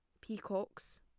peacocks